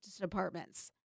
departments